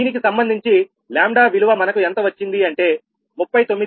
దీనికి సంబంధించి 𝜆 విలువ మనకు ఎంత వచ్చింది అంటే 39